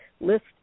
list